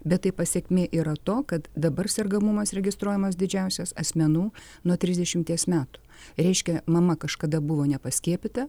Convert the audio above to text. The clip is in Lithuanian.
bet tai pasekmė yra to kad dabar sergamumas registruojamas didžiausias asmenų nuo trisdešimties metų reiškia mama kažkada buvo nepaskiepyta